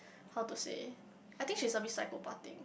how to say I think she's a bit psychopathic